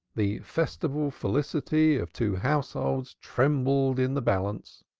the festival felicity of two households trembled in the balance.